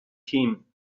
him